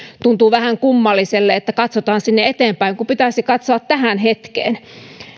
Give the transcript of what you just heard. tuntuu vähän kummalliselle että katsotaan eteenpäin kun pitäisi katsoa tähän hetkeen